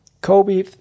kobe